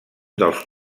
dels